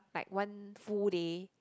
like one full day